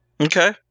Okay